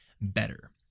better